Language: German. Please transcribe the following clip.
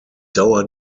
dauer